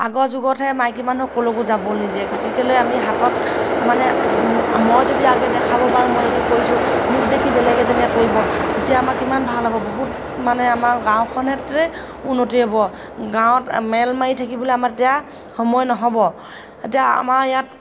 আগৰ যুগতহে মাইকী মানুহ ক'লৈকো যাব নিদিয়ে গতিকেলৈ আমি হাতত মানে মই যদি আগে দেখাব পাৰোঁ মই এইটো কৰিছোঁ মোক দেখি বেলেগ এজনীয়ে কৰিব তেতিয়া আমাৰ কিমান ভাল হ'ব বহুত মানে আমাৰ গাঁওখন সেই উন্নতি হ'ব গাঁৱত মেল মাৰি থাকিবলৈ আমাৰ তেতিয়া সময় নহ'ব এতিয়া আমাৰ ইয়াত